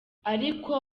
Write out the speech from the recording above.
ariko